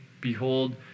behold